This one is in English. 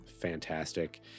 fantastic